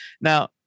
Now